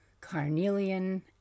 carnelian